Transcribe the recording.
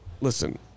listen